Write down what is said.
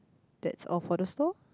that's all for the store